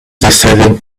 deciding